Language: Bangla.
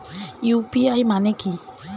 ইউ.পি.আই মানে কি?